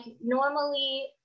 normally